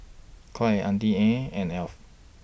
Auntie Anne's and Alf